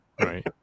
Right